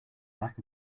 lack